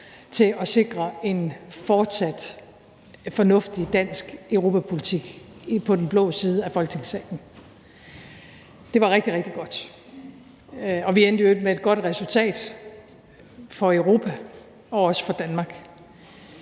til at sikre en fortsat fornuftig dansk europapolitik. Det var rigtig, rigtig godt. Og vi endte jo i øvrigt med et godt resultat for Europa og også for Danmark.